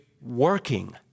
working